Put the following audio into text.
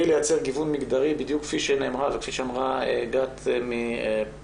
לייצר גיוון מגדרי בדיוק כפי שאמרה גת מפסגות,